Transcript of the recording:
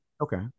Okay